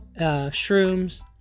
shrooms